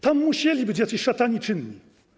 Tam musieli być jacyś szatani czynni.